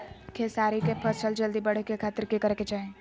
खेसारी के फसल जल्दी बड़े के खातिर की करे के चाही?